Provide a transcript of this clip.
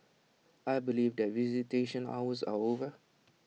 I believe that visitation hours are over